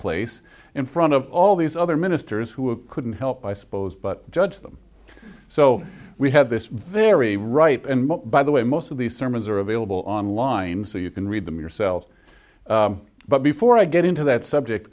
place in front of all these other ministers who couldn't help i suppose but judge them so we have this very right and by the way most of the sermons are available online so you can read them yourself but before i get into that subject